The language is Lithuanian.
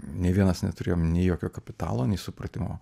nei vienas neturėjom nei jokio kapitalo nei supratimo